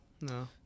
No